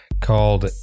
called